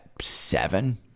seven